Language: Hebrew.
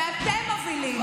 שאתם מובילים.